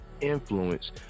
influence